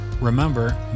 Remember